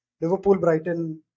Liverpool-Brighton